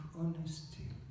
honesty